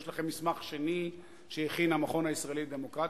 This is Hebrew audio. יש לכם מסמך שני שהכין המכון הישראלי לדמוקרטיה,